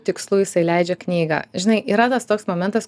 tikslu jisai leidžia knygą žinai yra tas toks momentas